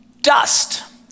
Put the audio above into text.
dust